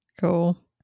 Cool